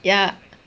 ya